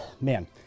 Man